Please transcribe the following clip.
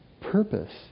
purpose